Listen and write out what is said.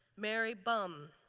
mary bum,